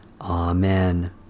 Amen